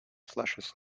slashes